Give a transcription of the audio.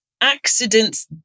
accidents